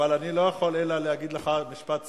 אבל אני לא יכול אלא להגיד לך: משפט סיום,